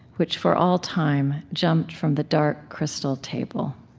which, for all time, jumped from the dark crystal table.